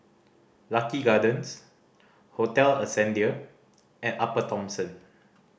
Lucky Gardens Hotel Ascendere and Upper Thomson